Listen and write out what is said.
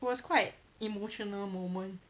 it was quite emotional moment